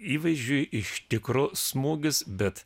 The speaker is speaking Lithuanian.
įvaizdžiui iš tikro smūgis bet